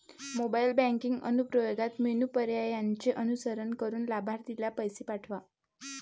mobile banking अनुप्रयोगात menu पर्यायांचे अनुसरण करून लाभार्थीला पैसे पाठवा